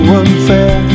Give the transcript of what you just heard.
unfair